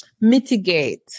mitigate